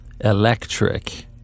electric